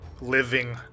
living